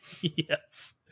Yes